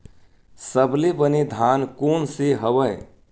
सबले बने धान कोन से हवय?